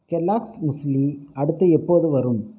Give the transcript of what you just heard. Kellogg's muesli அடுத்து எப்போது வரும்